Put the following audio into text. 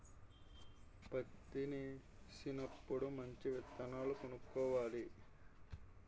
పత్తేసినప్పుడు మంచి విత్తనాలు కొనుక్కోవాలి